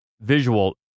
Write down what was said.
visual